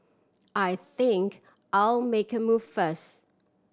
I think I'll make a move first